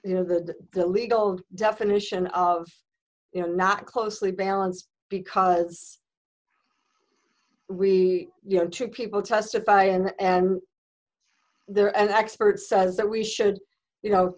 you know the legal definition of you know not closely balanced because we you know two people testify and they're an expert says that we should you know